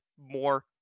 more